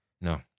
No